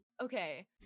okay